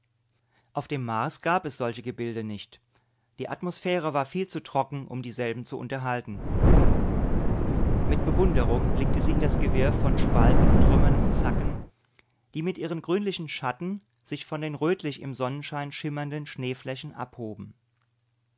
auf dem mars gab es solche gebilde nicht die atmosphäre war viel zu trocken um dieselben zu unterhalten mit bewunderung blickte sie in das gewirr von spalten trümmern und zacken die mit ihren grünlichen schatten sich von den rötlich im sonnenschein schimmernden schneeflächen abhoben